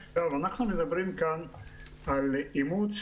אנחנו מדברים כאן על אימוץ